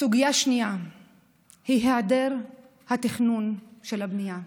סוגיה שנייה היא היעדר התכנון של הבנייה.